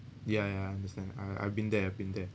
ya ya I understand I I've been there I've been there